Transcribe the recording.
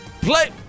Play